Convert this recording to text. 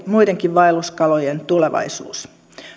muidenkin vaelluskalojen tulevaisuus